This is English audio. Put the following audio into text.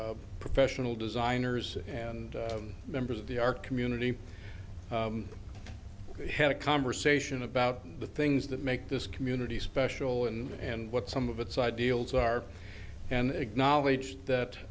are professional designers and members of the our community had a conversation about the things that make this community special and what some of its ideals are and acknowledge that